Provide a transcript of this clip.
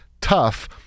tough